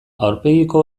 aurpegiko